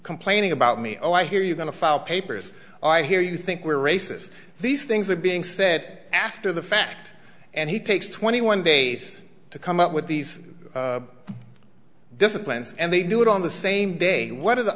complaining about me oh i hear you're going to file papers i hear you think we're races these things are being said after the fact and he takes twenty one days to come up with these disciplines and they do it on the same day what are the